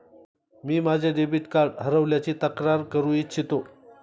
मी माझे debit card हरवल्याची तक्रार करू इच्छितो